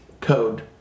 code